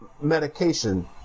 medication